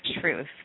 truth